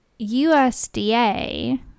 usda